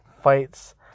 fights